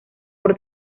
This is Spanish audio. por